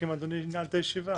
רק אם אדוני ינעל את הישיבה.